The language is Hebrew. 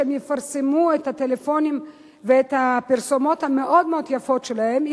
כשהם יפרסמו את הטלפונים ואת הפרסומות המאוד-מאוד יפות שלהם,